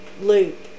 loop